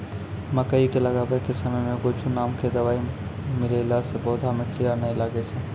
मकई के लगाबै के समय मे गोचु नाम के दवाई मिलैला से पौधा मे कीड़ा नैय लागै छै?